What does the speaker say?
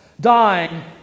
dying